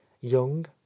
young